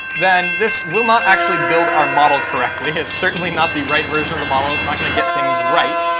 then this will not actually build our model correctly. it's certainly not the right version of the model. it's not going to get things right.